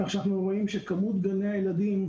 כך שאנחנו רואים שכמות גני הילדים,